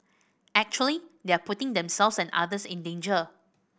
actually they are putting themselves and others in danger